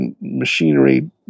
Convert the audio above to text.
machinery